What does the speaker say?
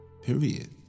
Period